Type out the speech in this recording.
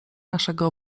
naszego